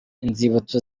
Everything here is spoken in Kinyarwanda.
inzibutso